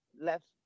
left